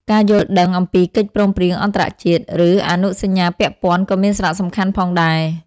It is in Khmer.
ការយល់ដឹងអំពីកិច្ចព្រមព្រៀងអន្តរជាតិ ឬអនុសញ្ញាពាក់ព័ន្ធក៏មានសារៈសំខាន់ផងដែរ។